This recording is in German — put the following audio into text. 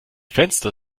fenster